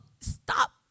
stop